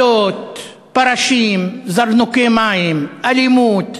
אלות, פרשים, זרנוקי מים, אלימות,